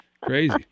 crazy